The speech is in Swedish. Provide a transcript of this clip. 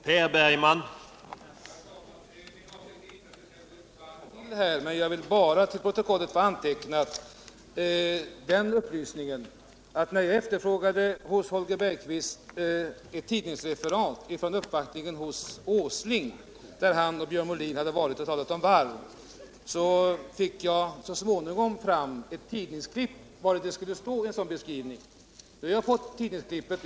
Herr talman! Det är inte min avsikt att dra i gång ett nytt varv. Jag vill bara till protokollet få följande antecknat: Jag efterfrågade från Holger Bergqvist ett tidningsreferat från en uppvaktning hos herr Åsling, där Holger Bergqvist och Björn Molin hade varit och talat om varv. Jag fick av Holger Bergqvist en tidningsklipp, vari det skulle finnas en beskrivning av uppvaktningen.